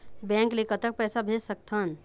Bank ले कतक पैसा भेज सकथन?